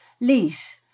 lease